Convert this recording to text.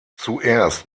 zuerst